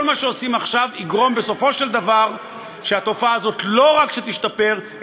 כל מה שעושים עכשיו יגרום בסופו של דבר שהתופעה הזאת לא רק לא תשתפר,